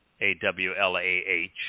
A-W-L-A-H